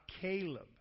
Caleb